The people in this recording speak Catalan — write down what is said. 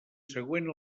següent